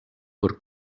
por